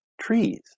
trees